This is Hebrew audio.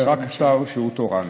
אז זה רק שר שהוא תורן.